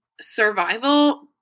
survival